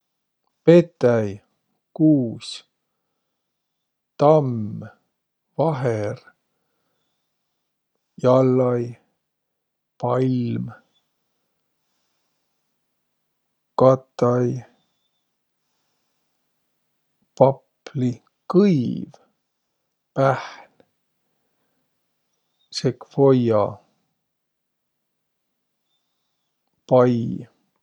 Petäi, kuus, tamm, vaher, jallai, palm, katai, papli, kõiv, pähn, sekvoia, pai.